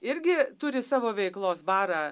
irgi turi savo veiklos barą